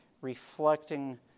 reflecting